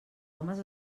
homes